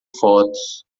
fotos